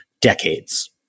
decades